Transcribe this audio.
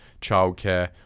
childcare